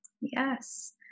Yes